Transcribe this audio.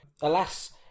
...alas